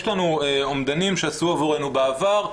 יש לנו אומדנים שעשו עבורנו בעבר,